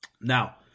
Now